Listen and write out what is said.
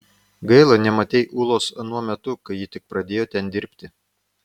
gaila nematei ulos anuo metu kai ji tik pradėjo ten dirbti